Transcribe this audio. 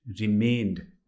remained